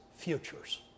futures